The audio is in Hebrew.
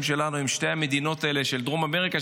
שלנו עם שתי המדינות האלה שבדרום אמריקה.